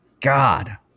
God